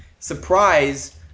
Surprise